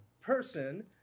person